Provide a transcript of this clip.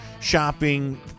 Shopping